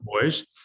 boys